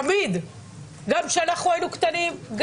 גם כשאנחנו היינו קטנים,